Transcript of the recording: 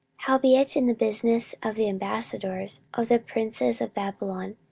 howbeit in the business of the ambassadors of the princes of babylon,